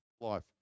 life